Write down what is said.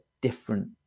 different